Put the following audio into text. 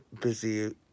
busy